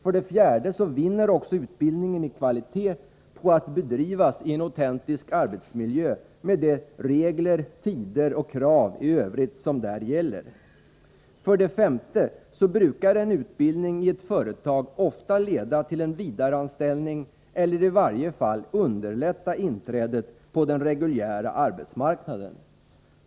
För det fjärde vinner utbildningens kvalitet på att bedrivas i en autentisk arbetsmiljö med de regler, tider och krav i övrigt som där gäller. För det femte brukar en utbildning i ett företag ofta leda till en vidare anställning eller i varje fall underlätta inträdet på den reguljära arbetsmarknaden.